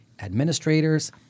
administrators